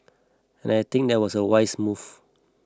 and I think that was a wise move